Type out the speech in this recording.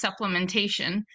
supplementation